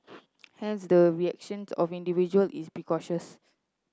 hence the reactions of individual is